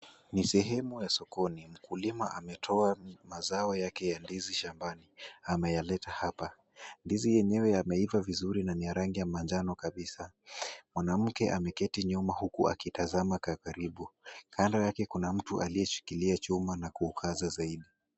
Ni sehemu ya sokoni, mkulima ametoa mazao yake shambani, ameyaleta hapa, ndizi hii yenyewe yameiva vizuri na ni ya rangi ya manjano kabisa, mwanamke ameketi nyuma huku akitazama ka karibu, kando yake kuna mtu aliyeshikilia chuma na kuukaza zaidi.